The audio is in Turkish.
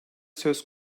söz